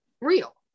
real